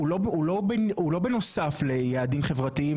הוא לא בנוסף ליעדים חברתיים,